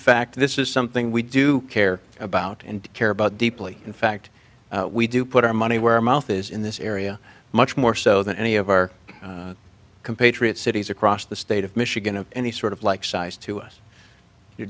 fact this is something we do care about and care about deeply in fact we do put our money where our mouth is in this area much more so than any of our compatriots cities across the state of michigan of any sort of like size to us you're